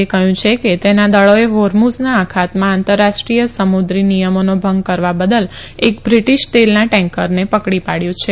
એ કહ્યું છે કે તેના દળોએ હોર્મુઝના અખાતમાં આંતરરાષ્ટ્રીય સમુદ્રી નિયમોનો ભંગ કરવા બદલ એક બ્રિટીશ તેલના ટેન્કરને પકડી પાડ્યું છે